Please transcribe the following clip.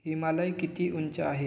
हिमालय किती उंच आहे